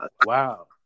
Wow